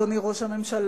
אדוני ראש הממשלה,